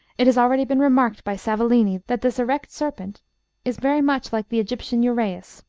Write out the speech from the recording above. it has already been remarked by savolini that this erect serpent is very much like the egyptian uraeus,